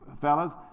fellas